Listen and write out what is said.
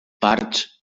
parts